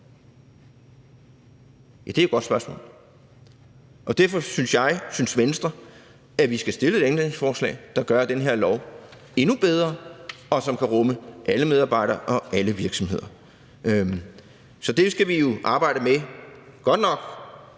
Ja, det er et godt spørgsmål. Og derfor synes jeg og Venstre, at vi skal stille et ændringsforslag, der gør den her lov endnu bedre, så den kan rumme alle medarbejdere og alle virksomheder. Så det skal vi arbejde med, godt nok